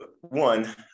one